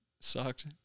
sucked